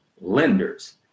lenders